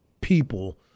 people